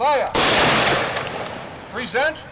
well resent